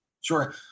Sure